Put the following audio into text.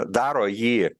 daro jį